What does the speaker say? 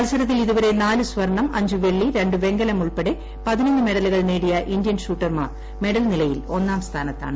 മത്സരത്തിൽ ഇതുവരെ നാലു സ്വർണം അഞ്ചു വെള്ളി രണ്ടു വെങ്കലം ഉൾപ്പെടെ ്പതിനൊന്ന് മെഡലുകൾ നേടിയ ഇന്ത്യൻ ഷൂട്ടർമാർ മെഡൽ നിലയിൽ ഒന്നാം സ്ഥാനത്താണ്